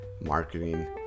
marketing